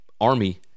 Army